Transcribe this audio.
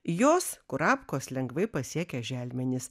jos kurapkos lengvai pasiekia želmenis